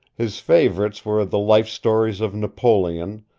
his favorites were the life-stories of napoleon,